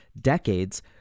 decades